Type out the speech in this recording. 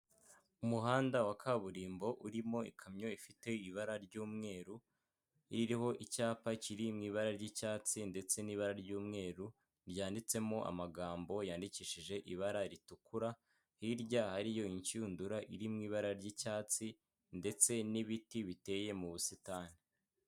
Umuhanda wa kaburimbo urimo ikamyo ifite ibara ry'umweru, ririho icyapa kiri mu ibara ry'icyatsi ndetse n'ibara ry'umweru ,ryanditsemo amagambo yandikishije ibara ritukura ,hirya hariyo inshundura iri mu ibara ry'icyatsi ndetse n'ibiti biteye mu busitani.